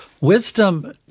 Wisdom